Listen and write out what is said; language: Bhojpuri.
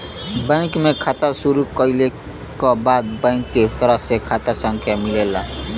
बैंक में खाता शुरू कइले क बाद बैंक के तरफ से खाता संख्या मिलेला